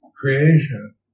creation